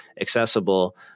accessible